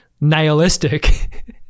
nihilistic